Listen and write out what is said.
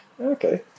okay